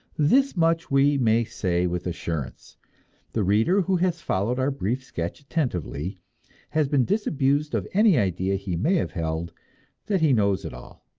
this much we may say with assurance the reader who has followed our brief sketch attentively has been disabused of any idea he may have held that he knows it all